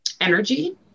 energy